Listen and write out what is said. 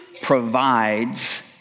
provides